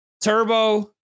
Turbo